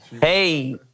Hey